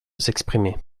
s’exprimer